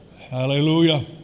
Hallelujah